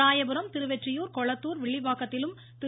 ராயபுரம் திருவெற்றியூர் கொளத்தூர் வில்லிவாக்கத்தில் திரு